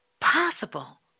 possible